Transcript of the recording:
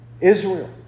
Israel